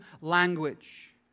language